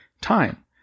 time